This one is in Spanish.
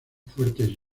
fuertes